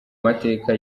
mateka